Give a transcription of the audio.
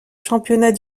championnats